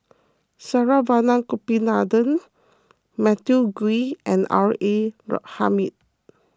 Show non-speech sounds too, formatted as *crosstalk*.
Saravanan Gopinathan Matthew Ngui and R A *unintelligible* Hamid